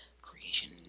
creation